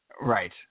Right